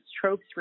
tropes